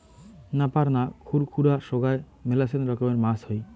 নাপার না, খুর খুরা সোগায় মেলাছেন রকমের মাছ হই